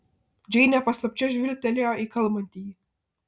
džeinė paslapčia žvilgtelėjo į kalbantįjį